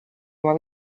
oma